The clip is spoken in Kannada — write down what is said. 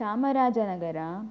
ಚಾಮರಾಜನಗರ